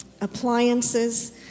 appliances